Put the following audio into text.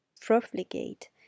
profligate